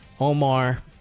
Omar